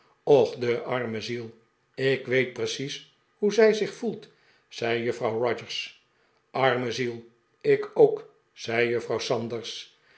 och de arme ziel ik weet precies hoe zij zich yoelt zei juffrouw rogers arme ziel ik ook zei juffrouw sanders